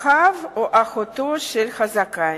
אחיו או אחותו של הזכאי.